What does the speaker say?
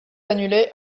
annulé